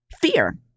Fear